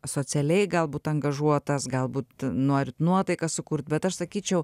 socialiai galbūt angažuotas galbūt norit nuotaiką sukurt bet aš sakyčiau